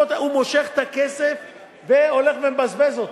הוא מושך את הכסף והולך ומבזבז אותו.